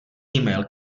email